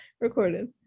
recorded